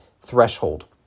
threshold